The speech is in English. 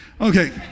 Okay